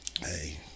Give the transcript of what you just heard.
Hey